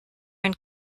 and